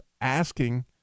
asking